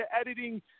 editing